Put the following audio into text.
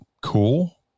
cool